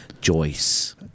Joyce